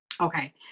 okay